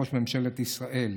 ראש ממשלת ישראל.